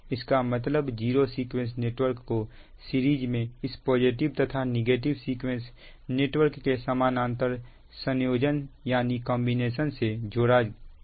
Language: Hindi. इसका मतलब जीरो सीक्वेंस नेटवर्क को सीरीज में इस पॉजिटिव तथा नेगेटिव सीक्वेंस नेटवर्क के समानांतर संयोजन से जोड़ा गया है